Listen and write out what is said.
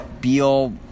Beal